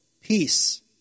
peace